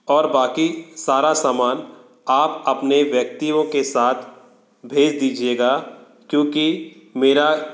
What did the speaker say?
और बाक़ी सारा सामान आप अपने व्यक्तियों के साथ भेज दीजिएगा क्योंकि मेरा